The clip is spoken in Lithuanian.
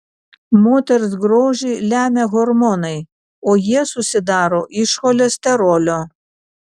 moters grožį lemia hormonai o jie susidaro iš cholesterolio